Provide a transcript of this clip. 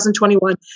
2021